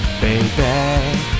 baby